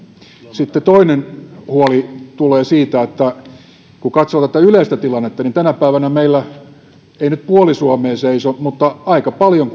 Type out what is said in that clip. sitten toinen huoli tulee siitä että kun katsoo tätä yleistä tilannetta niin tänä päivänä meillä seisoo ei nyt puoli suomea mutta kuitenkin aika paljon